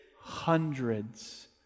Hundreds